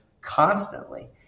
constantly